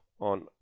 on